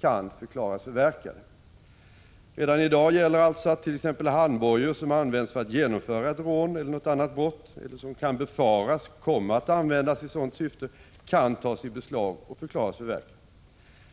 kan förklaras förverkade. Redan i dag gäller alltså att t.ex. handbojor, som använts för att genomföra ett rån eller något annat brott eller som kan befaras komma att användas i sådant syfte, kan tas i beslag och förklaras förverkade.